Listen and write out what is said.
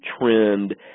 trend